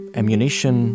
ammunition